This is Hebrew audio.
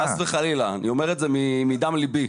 חס וחלילה, אני אומר את זה מדם ליבי.